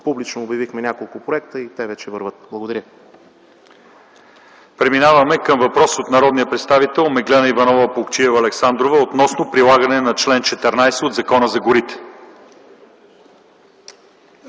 публично обявихме няколко проекта и те вече вървят. Благодаря.